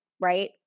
right